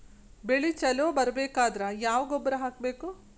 ಬೆಳಿ ಛಲೋ ಬರಬೇಕಾದರ ಯಾವ ಗೊಬ್ಬರ ಹಾಕಬೇಕು?